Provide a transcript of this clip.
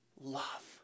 love